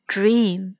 Dream